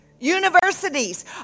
universities